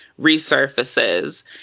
resurfaces